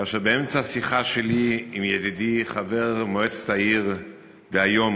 כאשר באמצע שיחה שלי עם ידידי חבר מועצת העיר דהיום,